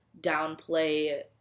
downplay